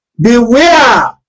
Beware